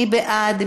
מי בעד?